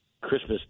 Christmas